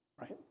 right